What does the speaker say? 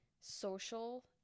social